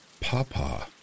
Papa